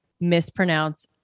mispronounce